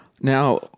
Now